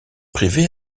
privé